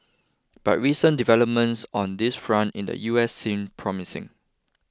but recent developments on this front in the US seem promising